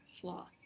flaw